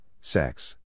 sex